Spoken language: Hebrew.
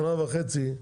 שנה וחצי,